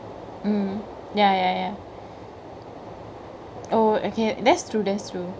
mm ya ya ya oh okay that's true that's true